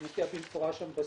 זה מופיע במפורש בסעיף,